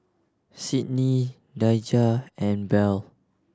Cydney Daija and Bell